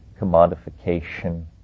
commodification